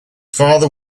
father